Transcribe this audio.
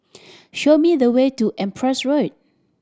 show me the way to Empress Road